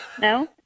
No